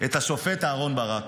את השופט אהרן ברק,